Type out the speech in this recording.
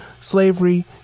Slavery